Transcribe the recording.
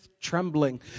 trembling